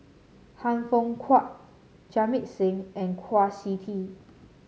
Han Fook Kwang Jamit Singh and Kwa Siew Tee